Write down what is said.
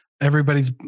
everybody's